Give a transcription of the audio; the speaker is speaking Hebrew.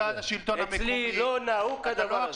אצלי לא נהוג כדבר הזה.